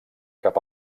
cap